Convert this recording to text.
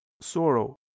sorrow